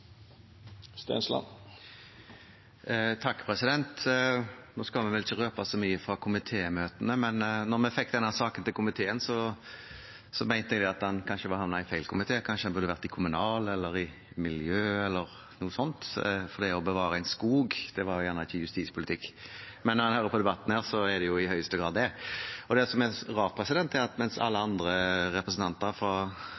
men da vi fikk denne saken til komiteen, mente jeg at den kanskje hadde havnet i feil komité, kanskje den burde vært i kommunal eller miljø eller noe sånt, for det å bevare en skog var kanskje ikke justispolitikk. Men når en hører på debatten her, er det jo i høyeste grad det. Det som er rart, er at mens alle